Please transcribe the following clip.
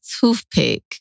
toothpick